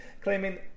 claiming